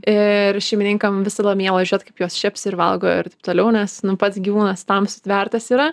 ir šeimininkam visada miela žiūrėt kaip juos čepsi ir valgo ir taip toliau nes pats gyvūnas tam sutvertas yra